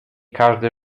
każdy